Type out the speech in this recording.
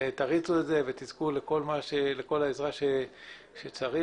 תריצו את זה ותזכו לכל העזרה שצריך.